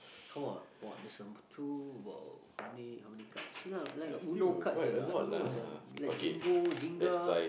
come on on there's number two about how many how many cards see lah I got you Uno cards here I don't know sia like Jingo Jenga